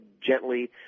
gently